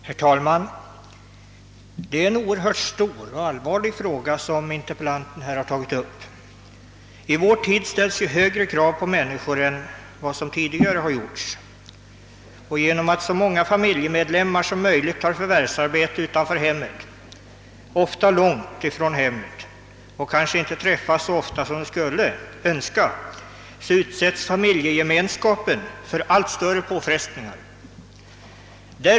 Herr talman! Det är en oerhört betydelsefull och allvarlig fråga som interpellanten har tagit upp. I vår tid ställs högre krav på människorna än tidigare. Genom att så många familjemedlemmar som möjligt har förvärvsarbete utanför hemmet — ofta långt från hemmet — och kanske inte kan träffas så ofta som de skulle önska, utsättes familjegemenskapen för stora påfrestningar.